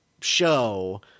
show –